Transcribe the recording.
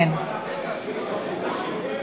אוקיי, רבותי,